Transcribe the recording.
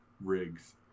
rigs